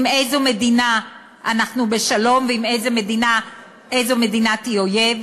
עם איזו מדינה אנחנו בשלום ואיזו מדינה היא אויב.